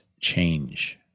change